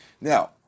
Now